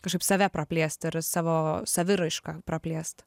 kažkaip save praplėst ir savo saviraišką praplėst